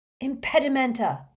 Impedimenta